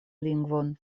lingvon